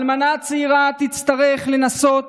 האלמנה הצעירה תצטרך לנסות